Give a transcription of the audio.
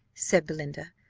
said belinda,